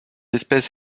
espèce